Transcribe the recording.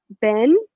Ben